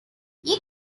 you